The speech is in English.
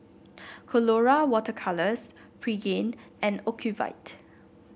Colora Water Colours Pregain and Ocuvite